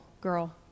girl